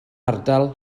ardal